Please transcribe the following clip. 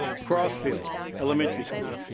crossfield elementary school.